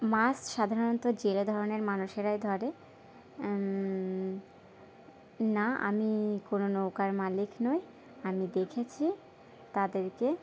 মাছ সাধারণত জেলে ধরনের মানুষেরাই ধরে না না আমি কোনো নৌকার মালিক নই আমি দেখেছি তাদেরকে